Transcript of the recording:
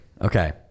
Okay